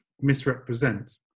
misrepresent